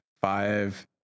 five